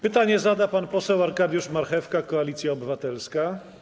Pytanie zada pan poseł Arkadiusz Marchewka, Koalicja Obywatelska.